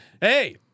Hey